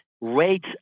rates